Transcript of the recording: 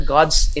God's